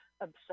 absurd